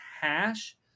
hash